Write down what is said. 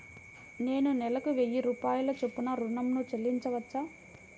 నేను నెలకు వెయ్యి రూపాయల చొప్పున ఋణం ను చెల్లించవచ్చా?